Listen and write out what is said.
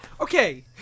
Okay